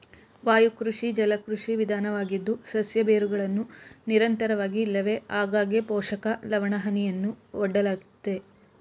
ವಾಯುಕೃಷಿ ಜಲಕೃಷಿ ವಿಧಾನವಾಗಿದ್ದು ಸಸ್ಯ ಬೇರುಗಳನ್ನು ನಿರಂತರವಾಗಿ ಇಲ್ಲವೆ ಆಗಾಗ್ಗೆ ಪೋಷಕ ಲವಣಹನಿಯಲ್ಲಿ ಒಡ್ಡಲಾಗ್ತದೆ